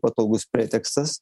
patogus pretekstas